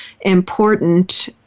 important